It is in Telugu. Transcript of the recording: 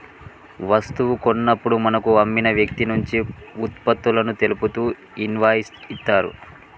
వస్తువు కొన్నప్పుడు మనకు అమ్మిన వ్యక్తినుంచి వుత్పత్తులను తెలుపుతూ ఇన్వాయిస్ ఇత్తరు